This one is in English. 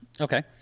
Okay